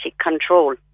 control